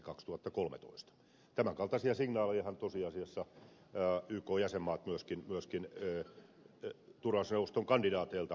tämän kaltaisia signaalejahan tosiasiassa ykn jäsenmaat myöskin turvallisuusneuvoston kandidaateilta odottavat